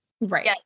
Right